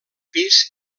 pis